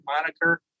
moniker